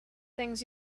things